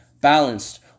Balanced